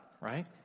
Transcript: right